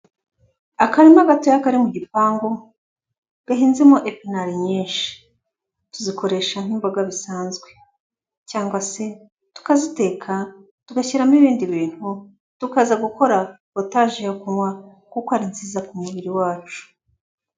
Akarima gatoya kari mu gipangu gahinzemo epinari nyinshi, tuzikoresha nk'imboga bisanzwe cyangwa se tukaziteka, tugashyiramo ibindi bintu, tukaza gukora potaje yo kunywa kuko ari nziza ku mubiri wacu.